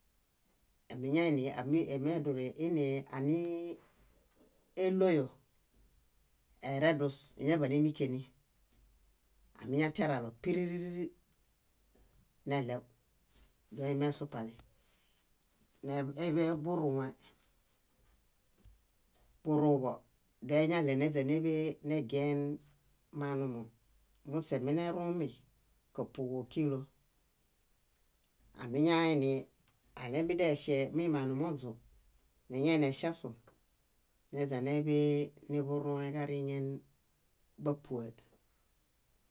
amiñaini emeduri iini ániloyo, eredus, éñaḃanendikeni. Amiñatiaralo, piriririp, neɭew doimiesupali. Neb- éḃe burũẽ. Burũḃo dóeñaɭeneźaneḃe negien maanumo. Muśemenerũmi, kápuġokilo. Amiñainiaɭemideŝe mimaanumoźũ, meñainieŝasu néźaneḃe niḃurũẽġariŋen bápue.